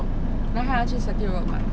then 还要去 circuit road mah